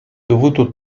dovuto